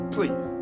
Please